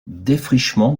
défrichement